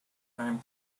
time